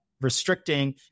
restricting